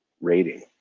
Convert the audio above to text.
rating